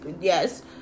Yes